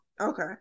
okay